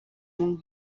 мөн